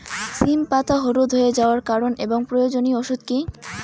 সিম পাতা হলুদ হয়ে যাওয়ার কারণ এবং প্রয়োজনীয় ওষুধ কি?